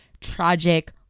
tragic